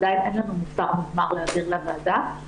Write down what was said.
עדיין אין לנו מסמך -- -להעביר לוועדה,